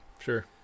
Sure